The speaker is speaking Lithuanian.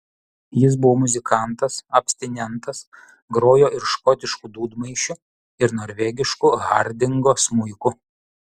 jis buvo muzikantas abstinentas grojo ir škotišku dūdmaišiu ir norvegišku hardingo smuiku